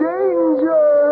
Danger